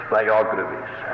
biographies